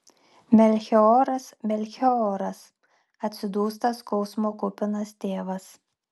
melchioras melchioras atsidūsta skausmo kupinas tėvas